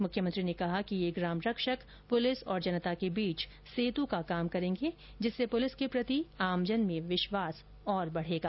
मुख्यमंत्री ने कहा कि ये ग्राम रक्षक पुलिस और जनता के बीच सेतू का काम करेंगे जिससे पुलिस के प्रति आमजन में विश्वास और बढेगा